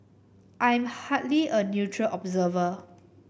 I am hardly a neutral observer